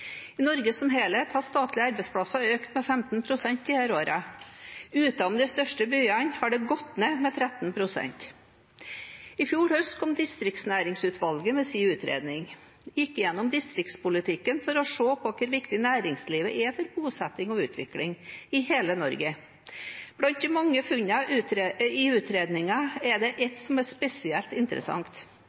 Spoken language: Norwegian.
økt med 15 pst. i disse årene. Utenom de største byene har det gått ned med 13 pst. I fjor høst kom distriktsnæringsutvalget med sin utredning. De gikk gjennom distriktspolitikken for å se på hvor viktig næringslivet er for bosetting og utvikling i hele Norge. Blant de mange funnene i utredningen er det ett som er spesielt interessant.